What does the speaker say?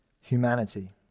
humanity